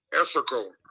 ethical